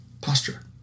Posture